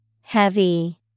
Heavy